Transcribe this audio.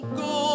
go